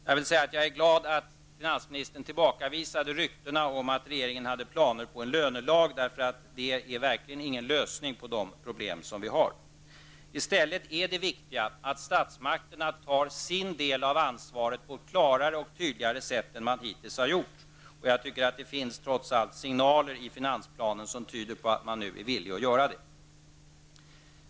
Jag är glad för att finansministern tillbakavisade ryktena om att regeringen haft planer på en lönelag. Det skulle verkligen inte vara någon lösning på de problem som vi har. I stället är nu det viktiga att statsmakterna tar sin del av ansvaret på ett klarare och tydligare sätt än man hittills gjort. Jag tycker att det trots allt finns signaler i finansplanen som tyder på att man nu är villig att göra det.